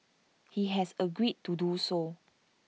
he has agreed to do so